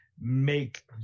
make